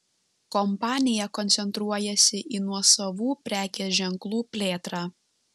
kompanija koncentruojasi į nuosavų prekės ženklų plėtrą